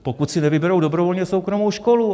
Pokud si nevyberou dobrovolně soukromou školu.